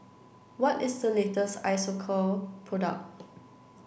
what is the latest Isocal product